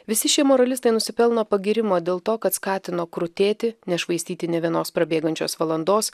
visi šie moralistai nusipelno pagyrimo dėl to kad skatino krutėti nešvaistyti nė vienos prabėgančios valandos